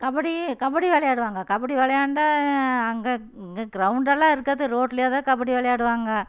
கபடி கபடி விளையாடுவாங்க கபடி விளையாண்டா அங்க க்ரௌண்டலாம் இருக்காது ரோட்லதான் கபடி விளையாடுவாங்க